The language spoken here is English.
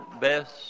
best